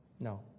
No